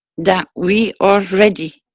that we are ready.